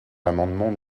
l’amendement